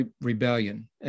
rebellion